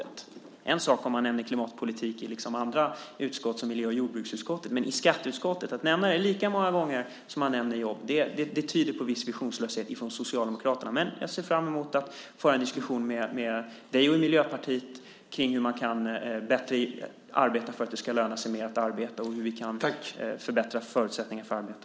Det är en sak om man nämner klimatpolitiken i andra utskott som miljö och jordbruksutskottet, men att nämna den lika många gånger som man nämner jobb tyder på visionslöshet från Socialdemokraterna. Jag ser fram emot att föra en diskussion med dig och Miljöpartiet kring hur vi bättre kan agera för att det ska löna sig att arbeta och hur vi kan förbättra förutsättningarna för arbete.